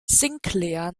sinclair